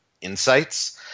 insights